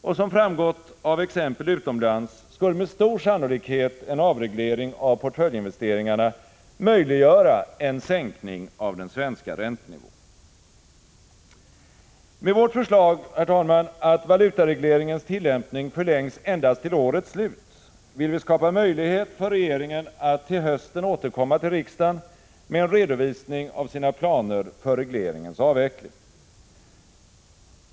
Och som framgått av exempel utomlands skulle med stor sannolikhet en avreglering av portföljinvesteringarna möjliggöra en sänkning av den svenska räntenivån. Med vårt förslag, herr talman, att valutaregleringens tillämpning förlängs endast till årets slut vill vi skapa möjlighet för regeringen att till hösten återkomma till riksdagen med en redovisning av sina planer för regleringens avveckling.